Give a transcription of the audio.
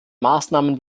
maßnahmen